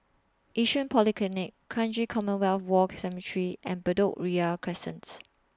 Yishun Polyclinic Kranji Commonwealth War Cemetery and Bedok Ria Crescent